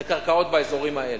זה קרקעות באזורים האלה,